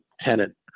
tenant